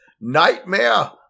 nightmare